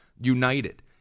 united